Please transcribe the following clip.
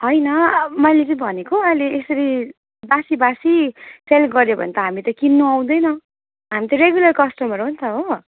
होइन मैले चाहिँ भनेको अहिले यसरी बासी बासी सेल गऱ्यो भने त हामी त किन्नु आउँदैन हामी त रेगुलर कस्टमर हो नि त हो